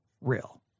real